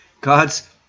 God's